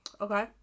Okay